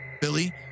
Billy